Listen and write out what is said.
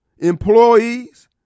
employees